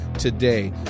today